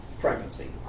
pregnancy